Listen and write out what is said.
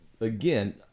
again